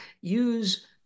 use